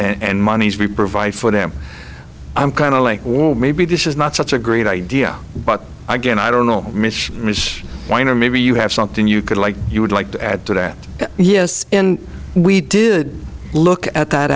and monies we provide for them i'm kind of like war maybe this is not such a great idea but again i don't know weiner maybe you have something you could like you would like to add to that yes we did look at that